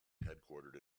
headquartered